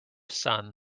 sun